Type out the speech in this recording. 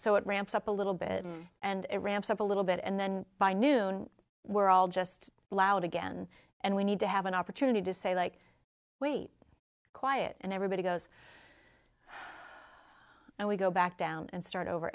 so it ramps up a little bit and it ramps up a little bit and then by noon we're all just loud again and we need to have an opportunity to say like wait quiet and everybody goes and we go back down and start over